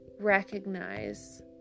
recognize